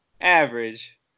average